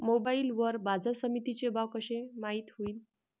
Mobile वर बाजारसमिती चे भाव कशे माईत होईन?